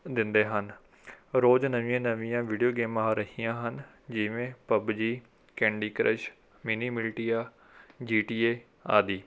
ਦਿੰਦੇ ਹਨ ਰੋਜ਼ ਨਵੀਆਂ ਨਵੀਆਂ ਵੀਡਿਓ ਗੇਮਾਂ ਆ ਰਹੀਆਂ ਹਨ ਜਿਵੇਂ PUBG candy crush mini militia G T A ਆਦਿ